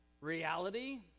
reality